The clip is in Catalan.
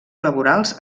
laborals